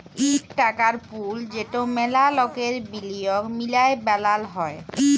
ইক টাকার পুল যেট ম্যালা লকের বিলিয়গ মিলায় বালাল হ্যয়